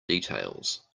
details